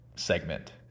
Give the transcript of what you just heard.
segment